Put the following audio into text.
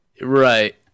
right